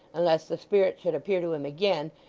unless the spirit should appear to him again,